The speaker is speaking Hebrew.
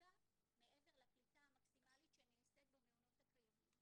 כרגע מעבר לקליטה המקסימלית שנעשית במעונות הקיימים,